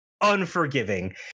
unforgiving